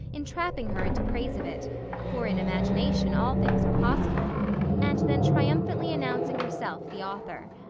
entrapping her into praise of it for in imagination all things are possible and then triumphantly announcing herself the author.